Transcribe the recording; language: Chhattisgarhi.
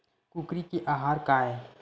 कुकरी के आहार काय?